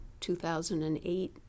2008